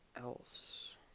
else